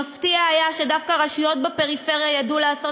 מפתיע היה שדווקא רשויות בפריפריה ידעו לעשות